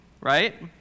right